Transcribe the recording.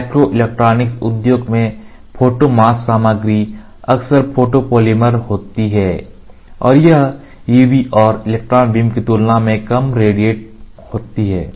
microelectronic उद्योग में photo mask सामग्री अक्सर फोटोपॉलीमर होती है और यह UV और इलेक्ट्रॉन बीम की तुलना में कम रेडिएट होती है